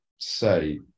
say